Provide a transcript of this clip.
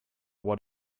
what